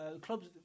clubs